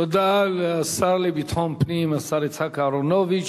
תודה לשר לביטחון הפנים, השר יצחק אהרונוביץ.